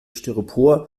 styropor